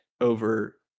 over